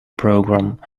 program